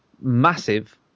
massive